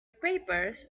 papers